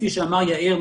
כפי שאמר יאיר,